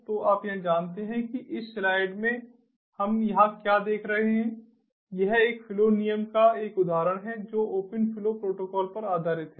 तो आप यहां जानते हैं कि इस स्लाइड में हम यहां क्या देख रहे हैं यह एक फ्लो नियम का एक उदाहरण है जो ओपन फ्लो प्रोटोकॉल पर आधारित है